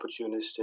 opportunistic